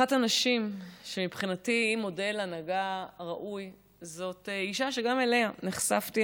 אחת הנשים שמבחינתי היא מודל הנהגה ראוי היא אישה שגם אליה נחשפתי,